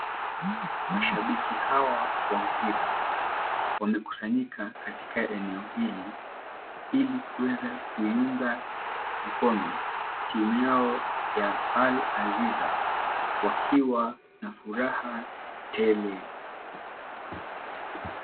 Mashabiki hawa wa mpira wamekusanyika katika eneo hili ili kuweza kuiunga mkono timu yao ya Al-Aziza wakiwa na furaha tele.